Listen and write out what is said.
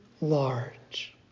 large